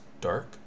dark